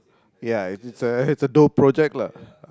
ya it's a it's a dough project lah